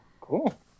cool